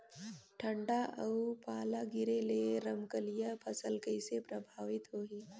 ठंडा अउ पाला गिरे ले रमकलिया फसल कइसे प्रभावित होही?